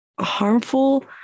harmful